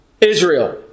Israel